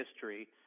history